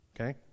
okay